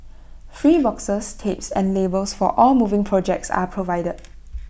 free boxes tapes and labels for all moving projects are provided